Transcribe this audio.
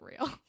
real